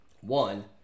one